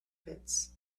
pits